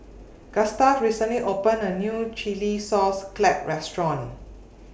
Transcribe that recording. Gustav recently opened A New Chilli Sauce Clams Restaurant